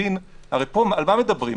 הרי על מה מדברים פה?